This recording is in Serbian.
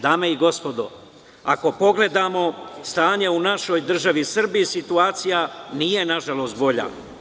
Dame i gospodo, ako pogledamo stanje u našoj državi Srbiji, situacija, nažalost, nije bolja.